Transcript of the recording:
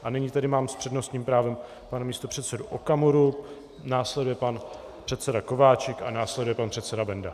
A nyní tady mám s přednostním právem pana místopředsedu Okamuru, následuje pan předseda Kováčik a následuje pan předseda Benda.